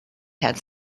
had